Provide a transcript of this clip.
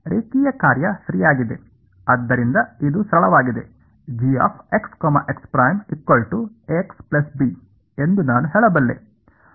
ರೇಖೀಯ ಕಾರ್ಯ ಸರಿಯಾಗಿದೆ ಆದ್ದರಿಂದ ಇದು ಸರಳವಾಗಿದೆ ಎಂದು ನಾನು ಹೇಳಬಲ್ಲೆ